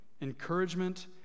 encouragement